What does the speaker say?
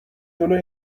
جلوی